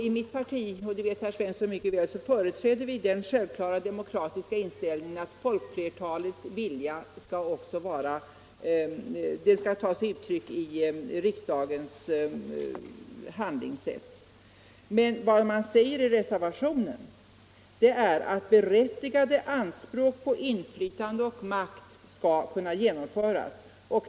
I mitt parti, det vet herr Svensson mycket väl, företräder vi den självklara demokratiska inställningen att folkflertalets vilja också skall ta sig uttryck i riksdagens handlingssrätt. Men vad man säger i reservationen är att berättigade anspråk på inflytande och makt skall kunna hävdas.